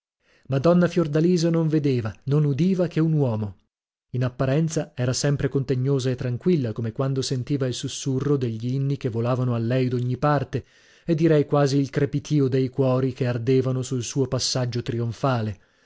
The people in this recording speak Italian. madonna fiordalisa non vedeva non udiva che un uomo in apparenza era sempre contegnosa e tranquilla come quando sentiva il susurro degli inni che volavano a lei d'ogni parte e direi quasi il crepitio dei cuori che ardevano sul suo passaggio trionfale